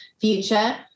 future